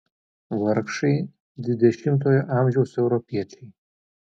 vargšai dvidešimtojo amžiaus europiečiai